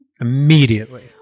Immediately